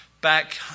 back